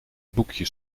boekje